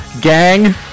gang